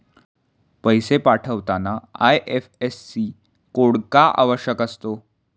पैसे पाठवताना IFSC code का आवश्यक असतो?